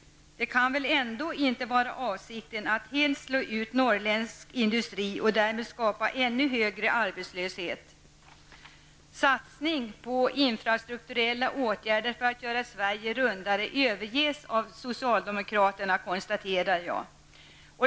Det kan väl ändå inte vara avsikten att helt slå ut norrländsk industri och därmed skapa ännu högre arbetslöshet? Jag kan konstatera att en satsning på infrastrukturella åtgärder för att göra Sverige rundare överges av socialdemokraterna.